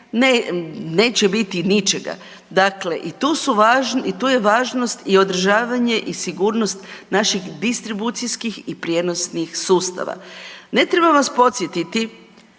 neće biti ničega, dakle i tu je važnost i održavanje i sigurnost naših distribucijskih i prijenosnih sustava. Ne trebam vas podsjetiti